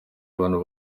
abantu